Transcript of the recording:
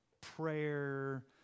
prayer